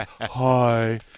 Hi